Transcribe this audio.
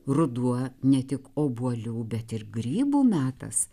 ruduo ne tik obuolių bet ir grybų metas